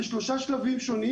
זה שלושה שלבים שונים.